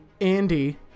Andy